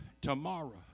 tomorrow